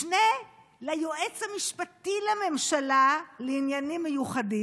משנה ליועץ המשפטי לממשלה לעניינים מיוחדים,